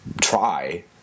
try